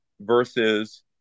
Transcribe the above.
versus